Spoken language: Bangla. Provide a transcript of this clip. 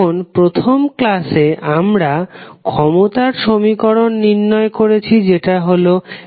এখন প্রথম ক্লাসে আমরা ক্ষমতার সমীকরণ নির্ণয় করেছি যেটা ছিল pvi